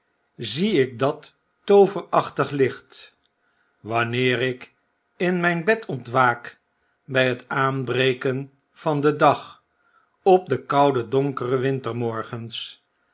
zie ikdat tooverachtig licht wanneer ik in mijn bed ontwaak by het aanbreken van den dag op de koude donkere wintermorgens